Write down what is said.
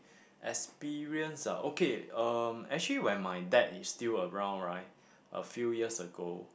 experience ah okay um actually when my dad is still around right a few years ago